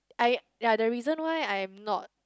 ya the reason why I'm not